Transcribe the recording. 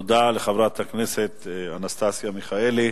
תודה לחברת הכנסת אנסטסיה מיכאלי.